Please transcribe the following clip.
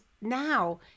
now